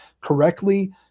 correctly